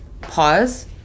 pause